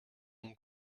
mon